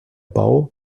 bau